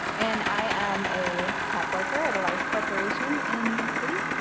and i am a tech worker at a large corporation in the city.